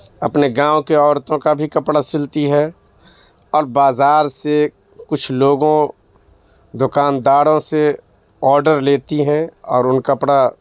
اپنے گاؤں کے عورتوں کا بھی کپڑا سلتی ہے اور بازار سے کچھ لوگوں دکانداروں سے آڈر لیتی ہیں اور ان کپڑا